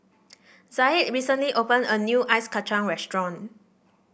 Zaid recently opened a new Ice Kacang restaurant